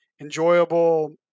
enjoyable